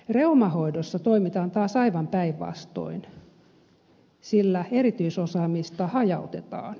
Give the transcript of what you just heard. reumahoidossa toimitaan taas aivan päinvastoin sillä erityisosaamista hajautetaan